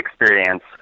experience